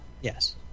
Yes